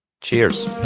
cheers